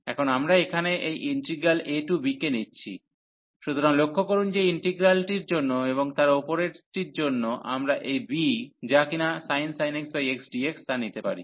এখন আমরা এখানে এই ইন্টিগ্রাল a টু b কে নিচ্ছি সুতরাং লক্ষ্য করুন যে ইন্টিগ্রালটির জন্য এবং তার ওপরেরটির জন্য আমরা এই b যা কিনা sin x x dx তা নিতে পারি